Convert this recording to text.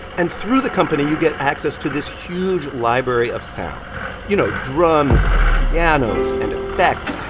and through the company, you get access to this huge library of sounds you know, drums. and pianos. and effects.